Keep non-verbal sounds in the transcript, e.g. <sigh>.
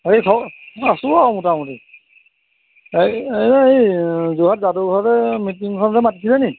এই খবৰ আছোঁ আৰু মোটামুটি এই এই <unintelligible> ঘৰলৈ মিটিংখনলৈ মাতিছিলেনি